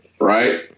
right